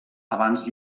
abans